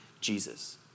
Jesus